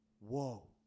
Whoa